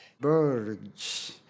birds